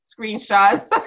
screenshots